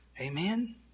Amen